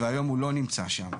והיום הוא לא נמצא שם.